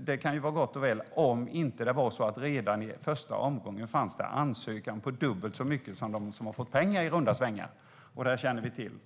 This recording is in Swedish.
det vore väl gott och väl om det inte var för att det redan i första omgången kom in ansökningar på i runda slängar dubbelt så mycket pengar som anslagits. Det vet vi.